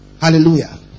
Hallelujah